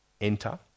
enter